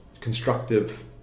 constructive